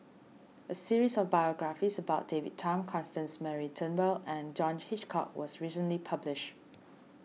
a series of biographies about David Tham Constance Mary Turnbull and John Hitchcock was recently published